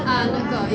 uh 那个 ya